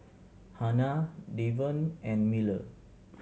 Hanna Devon and Miller